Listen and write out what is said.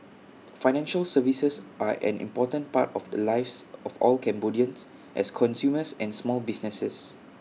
financial services are an important part of the lives of all Cambodians as consumers and small businesses